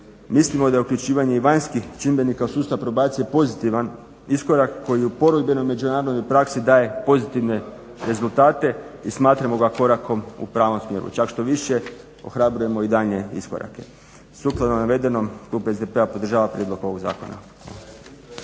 Mislim da je uključivanje i vanjskih čimbenika u sustav probacije pozitivan iskorak koji u … međunarodnoj praksi daje pozitivne rezultate i smatramo ga korak u pravom smjeru, čak štoviše ohrabrujemo i daljnje iskorake. Sukladno navedenom, klub SDP-a podržava prijedlog ovog zakona.